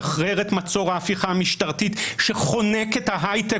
שחרר את מצור ההפיכה המשטרית שחונקת את ההיי-טק.